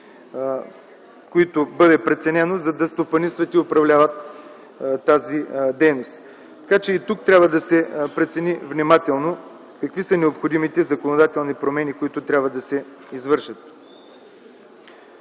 които бъде преценено да стопанисват и управляват тази дейност? И тук трябва да се прецени внимателно какви са необходимите законодателни промени, които трябва да се извършат.